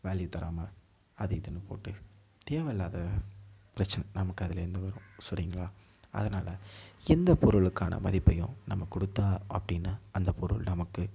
value தராமல் அது இதுனு போட்டு தேவை இல்லாத பிரச்சனை நமக்கு அதுலேருந்து வரும் சரிங்களா அதனால எந்த பொருளுக்கான மதிப்பையும் நம்ம கொடுத்தா அப்படினா அந்த பொருள் நமக்கு